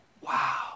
wow